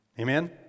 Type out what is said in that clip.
amen